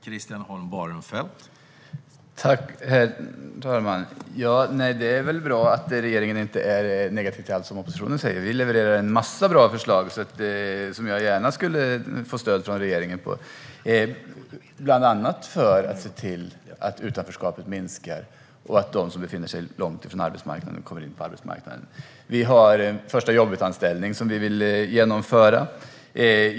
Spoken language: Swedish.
Herr talman! Det är väl bra att regeringen inte är negativ till allt som oppositionen säger. Vi levererar en massa bra förslag där jag gärna skulle få stöd från regeringen. Det handlar bland annat om att se till att utanförskapet minskar och att de som befinner sig långt från arbetsmarknaden kommer in på arbetsmarknaden. Vi vill genomföra en förstajobbetanställning.